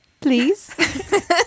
please